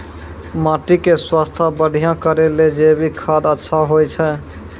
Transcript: माटी के स्वास्थ्य बढ़िया करै ले जैविक खाद अच्छा होय छै?